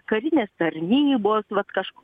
karinės tarnybos vat kažk